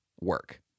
work